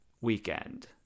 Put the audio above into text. weekend